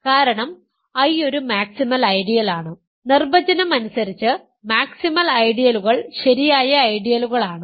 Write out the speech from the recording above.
കാരണം I ഒരു maximal ഐഡിയലാണ് നിർവചനം അനുസരിച്ച് മാക്സിമൽ ഐഡിയലുകൾ ശരിയായ ഐഡിയലുകൾ ആണ്